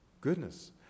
Goodness